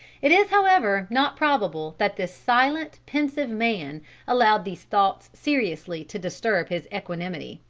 it is however not probable that this silent, pensive man allowed these thoughts seriously to disturb his equanimity.